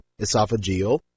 esophageal